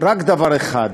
רק דבר אחד.